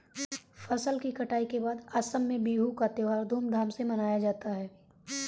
फसल कटाई के बाद असम में बिहू का त्योहार धूमधाम से मनाया जाता है